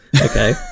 Okay